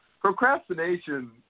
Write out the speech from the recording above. procrastination